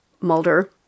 Mulder